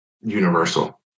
universal